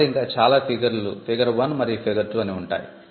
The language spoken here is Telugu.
తర్వాత ఇంకా చాలా ఫిగర్ లు ఫిగర్ 1 మరియు ఫిగర్ 2 అని ఉంటాయి